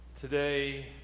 today